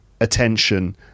attention